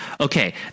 okay